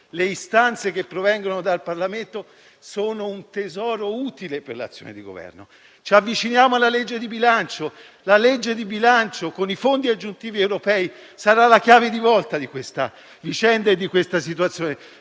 le istanze che provengono dal Parlamento sono un tesoro utile per l'azione di Governo. Ci avviciniamo alla legge di bilancio che, con i fondi aggiuntivi europei, sarà la chiave di volta di questa vicenda e di questa situazione.